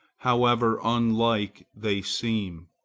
however unlike they seem.